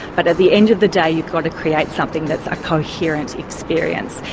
but at the end of the day you've got to create something that's a coherent experience.